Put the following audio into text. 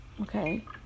okay